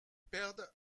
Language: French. perdent